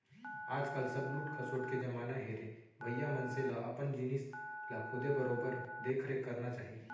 आज काल सब लूट खसोट के जमाना हे रे भइया मनसे ल अपन जिनिस ल खुदे बरोबर देख रेख करना चाही